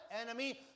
enemy